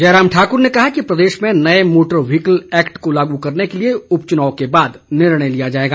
जयराम ठाकुर ने कहा कि प्रदेश में नए मोटर व्हीकल एक्ट को लागू करने के लिए उपचुनाव के बाद निर्णय लिया जाएगा